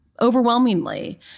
overwhelmingly